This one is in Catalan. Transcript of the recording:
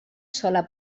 sola